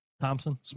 Thompson